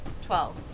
Twelve